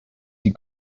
die